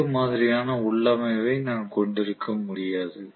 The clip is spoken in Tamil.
வேறு மாதிரியான உள்ளமைவை நான் கொண்டிருக்க முடியாது